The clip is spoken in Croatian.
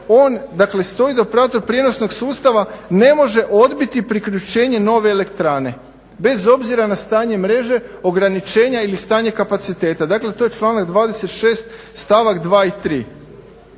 on dakle stoji da operator prijenosnog sustava ne može odbiti priključenje nove elektrane bez obzira na stanje mreže, ograničenja ili stanje kapaciteta. Dakle, to je članak 26. stavak 2. i 3.